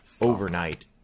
overnight